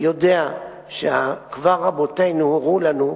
יודע שכבר אבותינו הורו לנו,